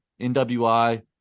NWI